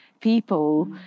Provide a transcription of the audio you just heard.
people